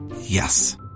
Yes